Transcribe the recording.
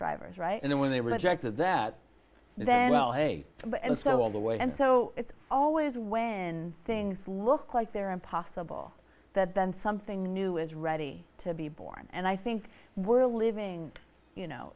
drivers right and then when they rejected that then well hey but and so all the way and so it's always when things look like they're impossible that then something new is ready to be born and i think we're living you know